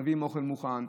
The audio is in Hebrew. מביאים אוכל מוכן,